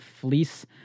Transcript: fleece